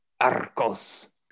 Arcos